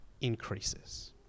increases